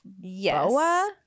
yes